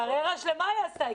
קריירה שלמה היא עשתה,